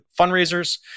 fundraisers